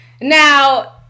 now